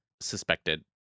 suspected